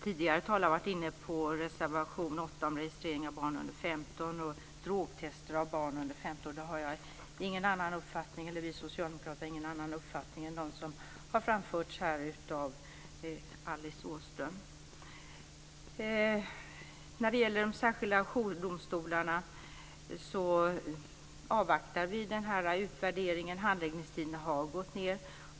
Tidigare talare har varit inne på reservation 8 om registrering av barn under 15 år och drogtester av barn under 15 år. Vi socialdemokrater har ingen annan uppfattning än den som har framförts av Alice När det gäller de särskilda jourdomstolarna avvaktar vi utvärderingen. Handläggningstiderna har gått ned.